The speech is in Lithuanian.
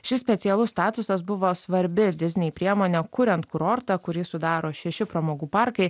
šis specialus statusas buvo svarbi ir diznei priemonė kuriant kurortą kurį sudaro šeši pramogų parkai